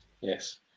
yes